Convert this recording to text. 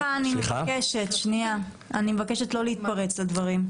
סליחה, אני מבקשת לא להתפרץ לדברים.